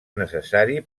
necessari